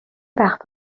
وقت